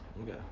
Okay